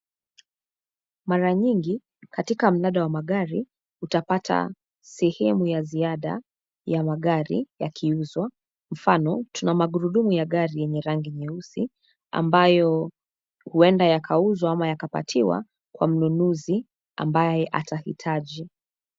Mara nyingi katika mnada wa magari utapata sehemu ya ziada ya magari yakiuzwa. Mfano tuna magurudumu ya gari yenye rangi nyeusi ambayo huenda yakauzwa ama yatapatiwa kwa mnunuzi ambaye atahitaji.